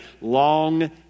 long